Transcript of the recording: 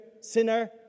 sinner